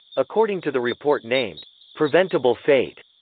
according to the report named preventable fate,